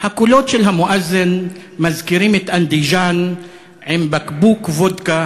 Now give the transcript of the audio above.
המואזין אשם, ולא אחר, קבעה,